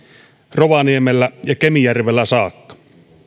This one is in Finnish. rovaniemellä ja kemijärvellä saakka